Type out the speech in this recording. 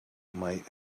might